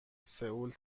سئول